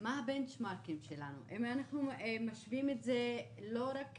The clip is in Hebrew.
מה ה"בנצ'מרק" שלנו אם אנחנו משווים את זה לא רק